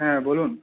হ্যাঁ বলুন